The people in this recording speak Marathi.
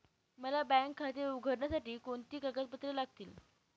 मला बँक खाते उघडण्यासाठी कोणती कागदपत्रे लागतील?